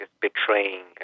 betraying